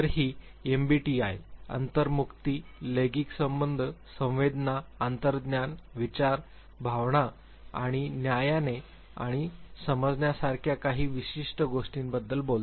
तर ही एमबीटीआय अंतर्मुक्ती लैंगिक संबंध संवेदना अंतर्ज्ञान विचार भावना आणि न्यायाने आणि समजण्यासारख्या काही विशिष्ट गोष्टींबद्दल बोलते